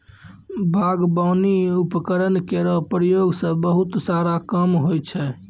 बागबानी उपकरण केरो प्रयोग सें बहुत सारा काम होय छै